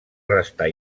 restar